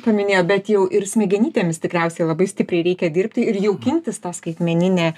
paminėjo bet jau ir smegenytėmis tikriausiai labai stipriai reikia dirbti ir jaukintis tą skaitmeninę